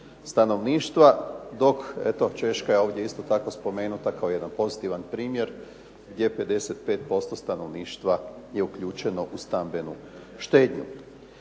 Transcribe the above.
stanovništva, dok eto ovdje je Češka isto tako spomenuta kao jedan pozitivan primjer je 55% stanovništva je uključeno u stambenu štednju.